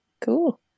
cool